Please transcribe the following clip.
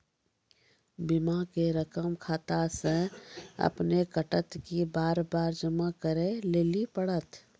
बीमा के रकम खाता से अपने कटत कि बार बार जमा करे लेली पड़त?